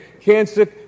cancer